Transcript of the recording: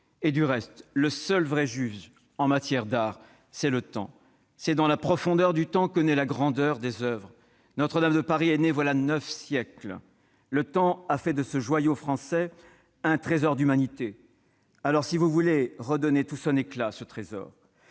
Du reste, le seul vrai juge en matière d'art, c'est le temps. C'est dans la profondeur du temps que naît la grandeur des oeuvres. Notre-Dame de Paris est née voilà neuf siècles. Le temps a fait de ce joyau français un trésor d'humanité. Alors, si vous voulez redonner tout son éclat à ce trésor,